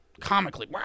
comically